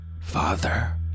Father